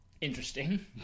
Interesting